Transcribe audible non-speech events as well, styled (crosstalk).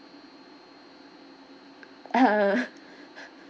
(laughs)